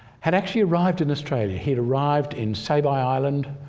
had actually arrived in australia. he had arrived in saibai island,